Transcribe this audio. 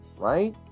right